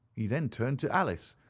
he then turned to alice,